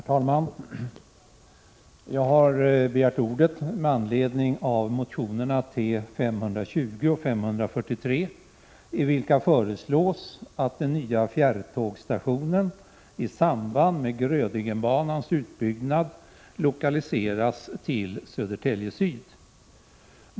Herr talman! Jag har begärt ordet med anledning av motionerna T520 och TS543, i vilka föreslås att den nya fjärrtågsstationen i samband med Grödingebanans utbyggnad skall lokaliseras till Södertälje Syd.